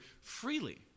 freely